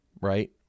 right